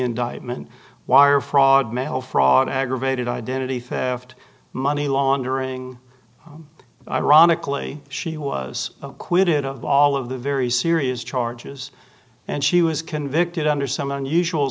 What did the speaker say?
indictment wire fraud mail fraud aggravated identity theft money laundering ironically she was acquitted of all of the very serious charges and she was convicted under some unusual